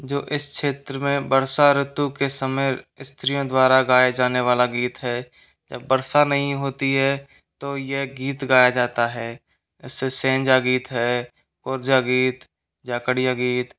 जो इस क्षेत्र में वर्षा ऋतु के समय स्त्रियों द्वारा गाया जाने वाला गीत है जब वर्षा नहीं होती है तो यह गीत गाया जाता है ऐसे सेंजा गीत है कोजा गीत जकड़िया गीत